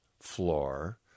floor